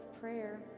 prayer